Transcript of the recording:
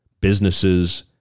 businesses